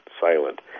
silent